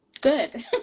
good